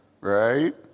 Right